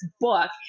book